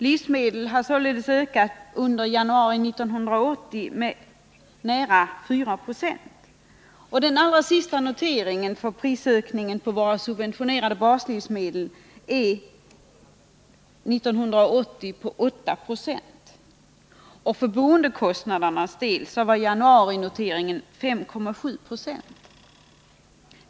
Livsmedelspriserna har — 27 februari 1980 E således under januari 1980 ökat med nära 4 Jo. Den senaste noteringen 1980 för prisökningen på subventionerade baslivsmedel är 8 96. För boendekostnadernas del var januarinoteringen 5,7 70.